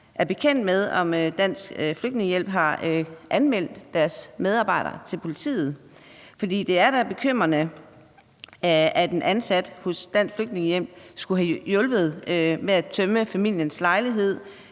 er bekendt med, om Dansk Flygtningehjælp har anmeldt deres medarbejder til politiet, for det er da bekymrende, at en ansat hos Dansk Flygtningehjælp skulle have hjulpet med at tømme familiens lejlighed,